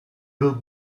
will